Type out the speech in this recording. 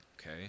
okay